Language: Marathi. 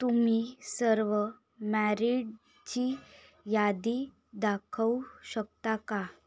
तुम्ही सर्व मॅरिडची यादी दाखवू शकता का